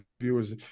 viewers